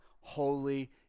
holy